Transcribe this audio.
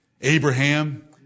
Abraham